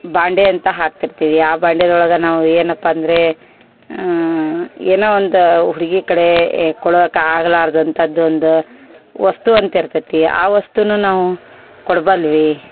ಬಾಂಡೆ ಅಂತ ಹಾಕ್ತಿರ್ತೀವಿ ಆ ಬಾಂಡೆದೊಳಗೆ ನಾವು ಏನಪ್ಪ ಅಂದ್ರೆ ಏನೋ ಒಂದು ಹುಡುಗಿ ಕಡೆ ಎ ಕೊಡೋಕೆ ಆಗ್ಲಾರ್ದು ಅಂತದ್ದು ಒಂದು ವಸ್ತು ಅಂತ ಇರ್ತೈತೆ ಆ ವಸ್ತುನ ನಾವು ಕೊಡಬಲ್ವಿ